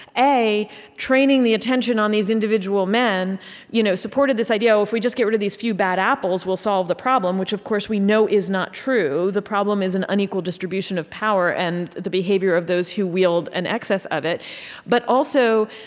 a training the attention on these individual men you know supported this idea of, oh, if we just get rid of these few bad apples, we'll solve the problem, which of course, we know is not true. the problem is an unequal distribution of power and the behavior of those who wield an excess of it but also,